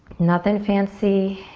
nothing fancy,